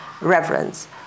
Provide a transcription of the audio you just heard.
reverence